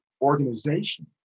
organization